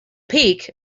peak